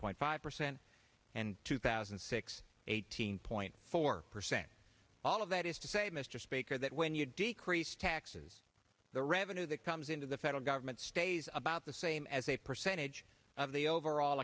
point five percent and two thousand and six eighteen point four percent all of that is to say mr speaker that when you decrease taxes the revenue that comes into the federal government stays about the same as a percentage of the overall